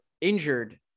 injured